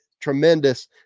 tremendous